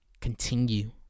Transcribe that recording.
Continue